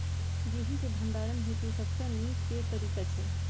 गेंहूँ केँ भण्डारण हेतु सबसँ नीक केँ तरीका छै?